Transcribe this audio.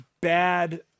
bad